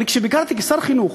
כשביקרתי, כשר החינוך,